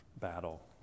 battle